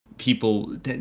People